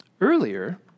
Earlier